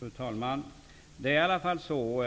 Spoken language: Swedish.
Herr talman! Det är i alla fall så,